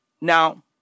Now